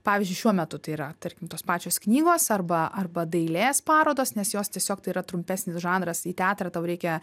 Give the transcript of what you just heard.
pavyzdžiui šiuo metu tai yra tarkim tos pačios knygos arba arba dailės parodos nes jos tiesiog tai yra trumpesnis žanras į teatrą tau reikia